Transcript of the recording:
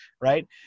right